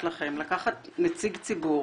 לקחת נציג ציבור